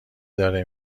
داره